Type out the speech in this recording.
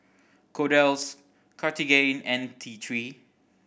Kordel's Cartigain and T Three